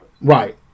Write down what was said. Right